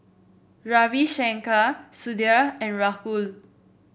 Ravi Shankar Sudhir and Rahul